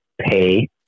pay